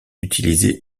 utilisé